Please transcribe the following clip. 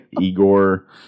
igor